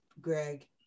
Greg